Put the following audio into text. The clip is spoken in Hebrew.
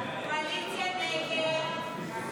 הסתייגות 52 לחלופין ב לא נתקבלה.